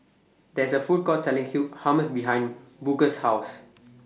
There IS A Food Court Selling Hummus behind Booker's House